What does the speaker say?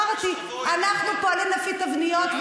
אנחנו פועלים לפי תבניות,